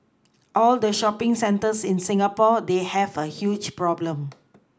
all the shopPing centres in Singapore they have a huge problem